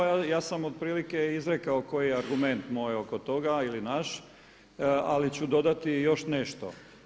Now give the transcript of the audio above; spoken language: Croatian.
Ali ja sam otprilike izrekao koji je argument moj oko toga ili naš, ali ću dodati još nešto.